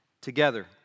together